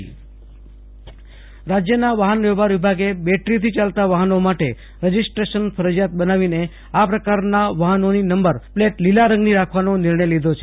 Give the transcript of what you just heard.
આશુતોષ અંતાણી રાજય બેટરી સંચાલિત વાહનો રાજ્યના વાહન વ્યવહાર વિભાગે બેટરીથી ચાલતા વાહનો માટે રજીસ્ટ્રેશન ફરજિયાત બનાવીને આ પ્રકારના વાહનોની નંબર પ્લેટ લીલા રંગની રાખવાનો નિર્ણય લીધો છે